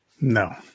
No